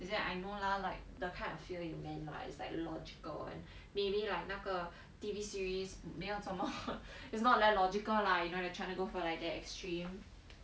is it I don't know lah like the kind of fear you meant lah it's like illogical [one] maybe like 那个 T_V series 没有什么 it's not very logical lah you know they trying to go for like the extreme